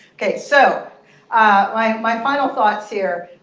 ok. so my my final thoughts here.